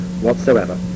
whatsoever